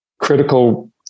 critical